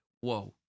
Whoa